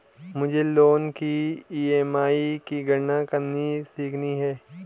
मुझे लोन की ई.एम.आई की गणना करनी सीखनी है